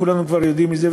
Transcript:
כולנו כבר יודעים על זה.